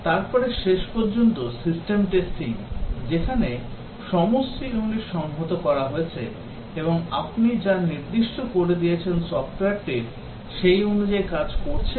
তারপরে শেষ পর্যন্ত সিস্টেম টেস্টিং যেখানে সমস্ত ইউনিট সংহত করা হয়েছে এবং আপনি যা নির্দিষ্ট করে দিয়েছেন সফটওয়ারটির সেই অনুযায়ী কাজ করছে কিনা পরীক্ষা করা হয়